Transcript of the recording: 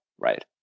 Right